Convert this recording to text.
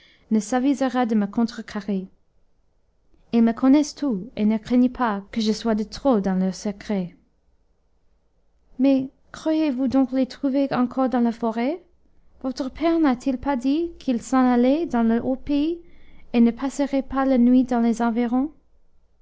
ne s'avisera de me contrecarrer ils me connaissent tous et ne craignent pas que je sois de trop dans leurs secrets mais croyez-vous donc les trouver encore dans la forêt votre père n'a-t-il pas dit qu'ils s'en allaient dans le haut pays et ne passeraient pas la nuit dans les environs